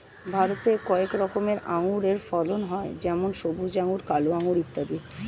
ভারতে কয়েক রকমের আঙুরের ফলন হয় যেমন সবুজ আঙুর, কালো আঙুর ইত্যাদি